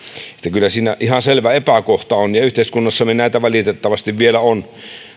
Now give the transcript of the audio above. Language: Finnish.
kyllä siinä ihan selvä epäkohta on ja yhteiskunnassamme näitä valitettavasti vielä on